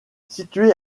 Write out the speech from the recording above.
située